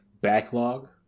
backlog